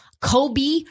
Kobe